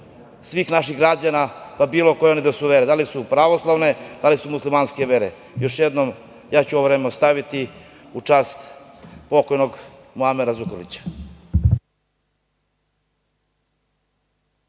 svih naših građana, bilo koje da su vere, da li su pravoslavne, da li su muslimanske vere. Još jednom, ja ću ovo vreme ostaviti u čast pokojnog Muamera Zukorlića.